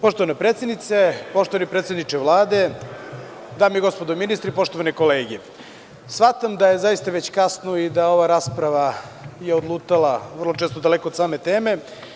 Poštovana predsednice, poštovani predsedniče Vlade, dame i gospodo ministri, poštovane kolege, shvatam da je zaista već kasno i da je ova rasprava odlutala, vrlo često, daleko od same teme.